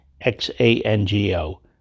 X-A-N-G-O